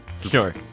Sure